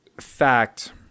fact